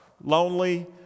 lonely